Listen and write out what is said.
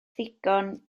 ddigon